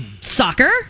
soccer